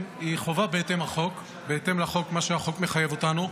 היא חובה בהתאם לחוק, מה שהחוק מחייב אותנו,